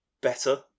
better